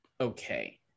okay